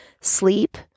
sleep